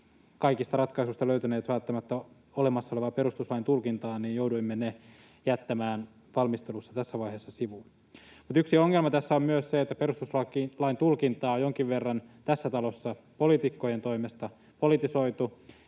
kaikista ratkaisuista löytäneet välttämättä olemassa olevaa perustuslain tulkintaa, niin jouduimme ne jättämään valmistelussa tässä vaiheessa sivuun. Mutta yksi ongelma tässä on myös se, että perustuslain tulkintaa on jonkin verran tässä talossa poliitikkojen toimesta politisoitu,